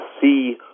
see